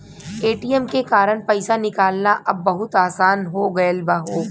ATM के कारन पइसा निकालना अब बहुत आसान हो गयल हौ